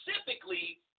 specifically